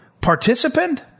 Participant